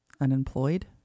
Unemployed